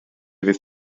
fydd